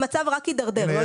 המצב רק הידרדר, לא השתפר מאז.